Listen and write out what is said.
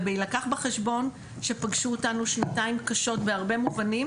ובהילקח בחשבון שפגשו אותנו שנתיים קשות בהרבה מובנים